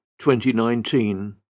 2019